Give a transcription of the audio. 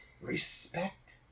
Respect